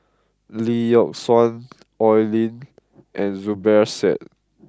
Lee Yock Suan Oi Lin and Zubir Said